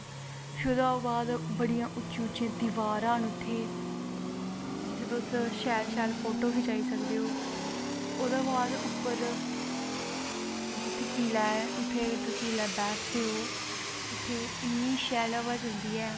ते जियां अस बद्दरीनाथ गे हे बद्दरी नाथ दे बी कबाड़ बंद होंदे न ते तुसेंगी पता गै ऐ उत्थें कृष्ण भगवान न ते उत्थें बी जाइयै इयां बड़ी शांती ठंड होंदी ऐ में गेई ही जिसलै जून जुलाई दे म्हीने च गेई ही ते उसले उत्थें बड़ी ठंड ही